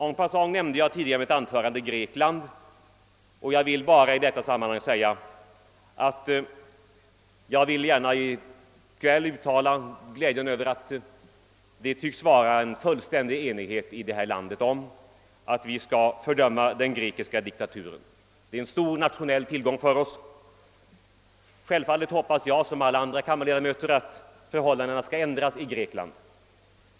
En passant nämnde jag tidigare i mitt anförande Grekland, och jag vill bara i detta sammanhang uttala glädjen över att det tycks råda fullständig enighet i detta land om att vi skall fördöma den grekiska diktaturen. Det är en stor nationell tillgång för oss. Självfallet hoppas jag som alla andra kammarledamöter att förhållandena skall ändras i Grekland.